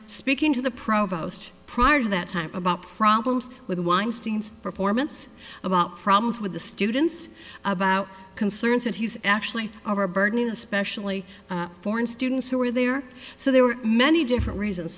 speaking to the provost prior to that time about problems with weinstein's performance about problems with the students about concerns that he's actually overburdening especially foreign students who were there so there were many different reasons